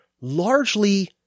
largely